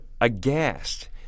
aghast